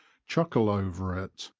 chuckle over it.